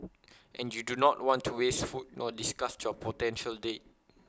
and you do not want to waste food nor disgust your potential date